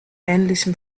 ähnlichem